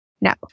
no